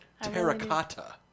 Terracotta